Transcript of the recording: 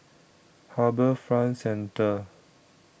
HarbourFront Centre